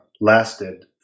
lasted